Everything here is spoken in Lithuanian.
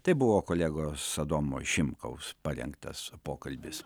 tai buvo kolegos adomo šimkaus parengtas pokalbis